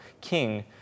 King